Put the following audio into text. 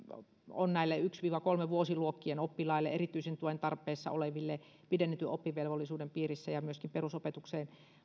on näillä ensimmäisen viiva kolmannen vuosiluokkien oppilailla erityisen tuen tarpeessa olevilla pidennetyn oppivelvollisuuden piirissä ja myöskin perusopetukseen